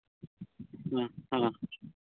ᱦᱮᱸ ᱦᱮᱸ